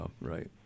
right